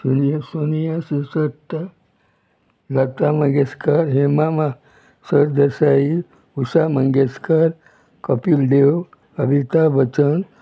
सोनिया शिरसट लता मंगेशकर हेमा माह सरदेसाई उशा मंगेशकर कपील देव अमिताभ बच्चन